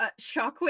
shockwave